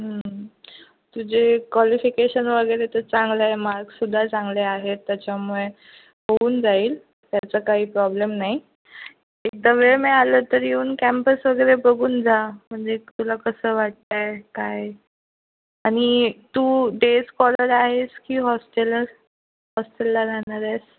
तुझे क्वालिफिकेशन वगैरे तर चांगलं आहे मार्क्ससुद्धा चांगले आहेत त्याच्यामुळे होऊन जाईल त्याचा काही प्रॉब्लेम नाही एकदम वेळ मिळालं तरी येऊन कॅम्पस वगैरे बघून जा म्हणजे तुला कसं वाटतं आहे काय आणि तू डे स्कॉलर आहेस की हॉस्टेलर हॉस्टेलला राहणार आहेस